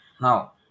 Now